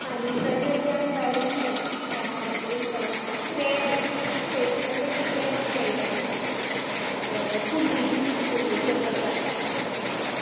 आनी तशें त्यान भायर अशें एक क्रेब एक श्पेशल एक क्रब मेळटा कळ्ळें कुल्ली कुल्लेचो प्रकार मेळटा हो